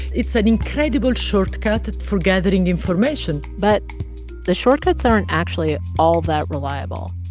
it's an incredible shortcut for gathering information but the shortcuts aren't actually all that reliable.